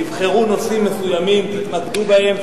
תבחרו נושאים מסוימים, תתמקדו בהם,